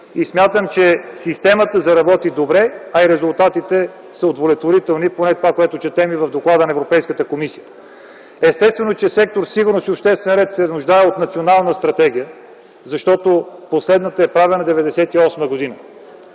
смятам, че системата заработи добре, а и резултатите са удовлетворителни – поне това, което четем и от доклада на Европейската комисия. Естествено, че сектор „Сигурност и обществен ред” се нуждае от национална стратегия, защото последната е правена през 1998 г.